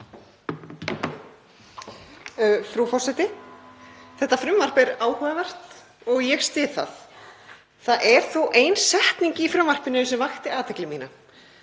Þetta frumvarp er áhugavert og ég styð það. Það er þó ein setning í frumvarpinu sem vakti athygli mína.